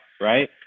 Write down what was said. right